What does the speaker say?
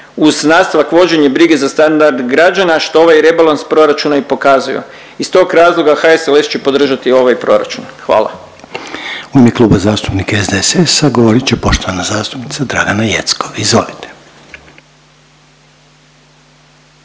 uz nastavak vođenja brige za standard građana što ovaj rebalans proračuna i pokazuje iz tog razloga HSLS će podržati ovaj proračun. Hvala.